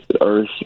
Earth